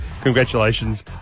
congratulations